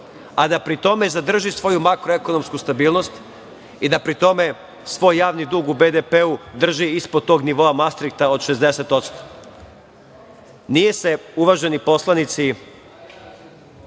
a da pri tome zadrži svoju makroekonomsku stabilnost i da pri tome svoj javni dug u BDP-u drži ispod tog nivoa Mastrihta od 60%.Nije se, uvaženi poslanici,